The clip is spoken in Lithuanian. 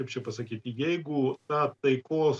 kaip čia pasakyti jeigu ta taikos